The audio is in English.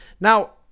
Now